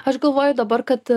aš galvoju dabar kad